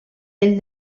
ell